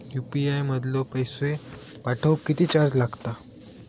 UPI मधलो पैसो पाठवुक किती चार्ज लागात?